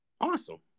Awesome